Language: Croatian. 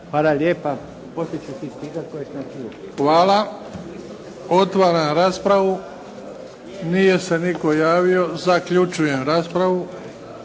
Hvala lijepa. **Bebić, Luka (HDZ)** Hvala. Otvaram raspravu. Nije se nitko javio. Zaključujem raspravu.